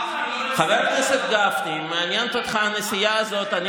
חבר הכנסת גפני, אם מעניינת אותך הנסיעה הזאת, אני